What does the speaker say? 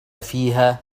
فيها